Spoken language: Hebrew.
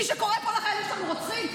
מי שקורא פה לחיילים שלנו "רוצחים".